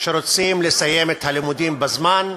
שרוצים לסיים את הלימודים בזמן,